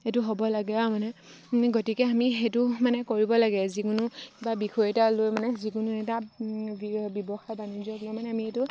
এইটো হ'ব লাগে আৰু মানে গতিকে আমি সেইটো মানে কৰিব লাগে যিকোনো কিবা বিষয় এটা লৈ মানে যিকোনো এটা ব্যৱসায় বাণিজ্য হ'লেও মানে আমি এইটো